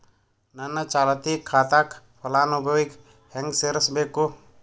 ನನ್ನ ಚಾಲತಿ ಖಾತಾಕ ಫಲಾನುಭವಿಗ ಹೆಂಗ್ ಸೇರಸಬೇಕು?